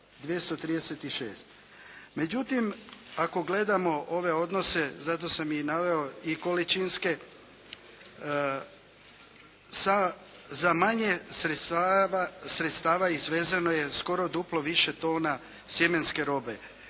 236. Međutim ako gledamo ove odnose, zato sam i naveo i količinske, sa za manje sredstava izvezeno je skoro duplo više tona sjemenske robe